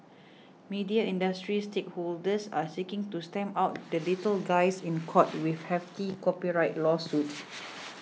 media industry stakeholders are seeking to stamp out the little guys in court with hefty copyright lawsuit